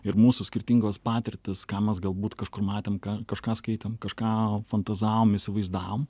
ir mūsų skirtingos patirtys ką mes galbūt kažkur matėm ką kažką skaitėm kažką fantazavom įsivaizdavom